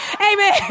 Amen